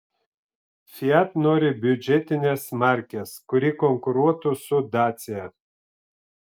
fiat nori biudžetinės markės kuri konkuruotų su dacia